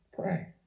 Pray